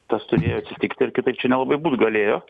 tas turėjo atsitikti ir kitaip čia nelabai būt galėjo